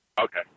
Okay